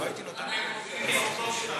אוי ואבוי אם תמשיכו.